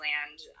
Land –